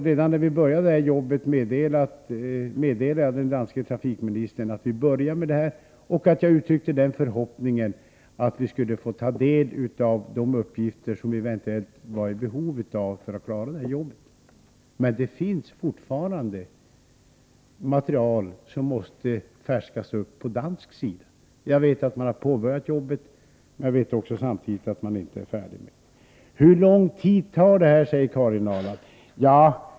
Redan då vi inledde arbetet meddelade jag den danske trafikministern att vi gjorde detta, och jag uttryckte förhoppningen att vi skulle få ta del av de uppgifter vi eventuellt skulle bli beroende av för att klara arbetet. Men det finns fortfarande material som måste färskas upp från dansk sida. Jag vet att man har påbörjat det arbetet, men man är inte färdig med det. Hur lång tid 49 tar det här, frågar Karin Ahrland.